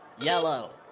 yellow